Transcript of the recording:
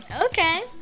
Okay